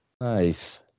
nice